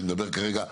אני מדברת כרגע,